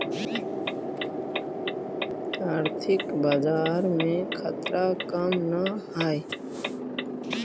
आर्थिक बाजार में खतरा कम न हाई